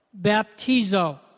Baptizo